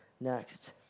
next